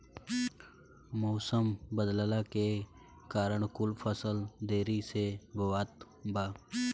मउसम बदलला के कारण कुल फसल देरी से बोवात बा